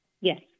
Yes